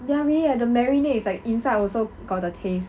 yummy eh the marinade is like inside also got the taste